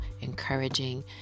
encouraging